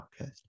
Podcast